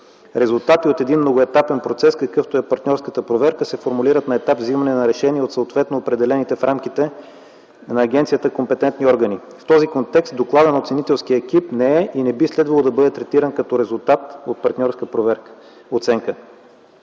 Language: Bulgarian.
Резултати от един многоетапен процес, какъвто е партньорската проверка, се формулират на етап вземане на решения от съответно определените в рамките на агенцията компетентни органи. В този контекст докладът на оценителския екип не е и не би следвало да бъде третиран като резултат от партньорска оценка.